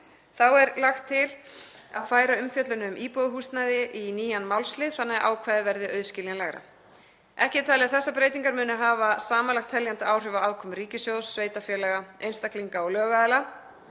Þá er lagt til að færa umfjöllun um íbúðarhúsnæði í nýjan málslið þannig að ákvæðið verði auðskiljanlegra. Ekki er talið að þessar breytingar muni hafa samanlagt teljandi áhrif á afkomu ríkissjóðs, sveitarfélaga, einstaklinga og lögaðila